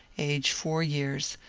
aged four years,